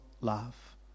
love